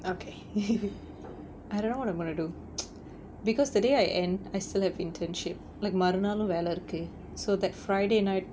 okay I don't know what I'm gonna do because today I and I still have internship like மறுநாளும் வேல இருக்கு:marunaalum vela irukku so that friday night